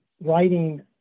writing